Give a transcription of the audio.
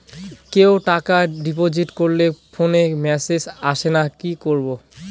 কেউ টাকা ডিপোজিট করলে ফোনে মেসেজ আসেনা কি করবো?